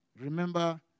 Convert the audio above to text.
Remember